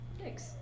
Thanks